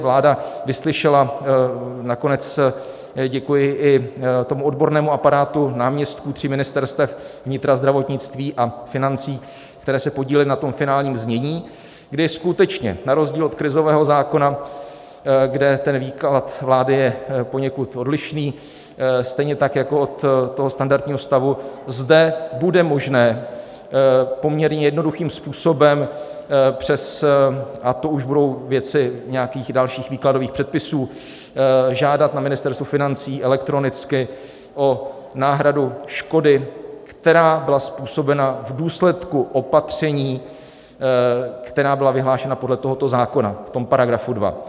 Vláda vyslyšela nakonec děkuji i tomu odbornému aparátu náměstků tří ministerstev, vnitra, zdravotnictví a financí, která se podílela na tom finálním znění, kdy skutečně na rozdíl od krizového zákona, kde ten výklad vlády je poněkud odlišný, stejně tak jako od toho standardního stavu zde bude možné poměrně jednoduchým způsobem přes a to už budou věci nějakých dalších výkladových předpisů žádat na Ministerstvu financí elektronicky o náhradu škody, která byla způsobena v důsledku opatření, která byla vyhlášena podle tohoto zákona, v tom § 2.